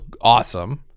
awesome